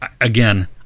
Again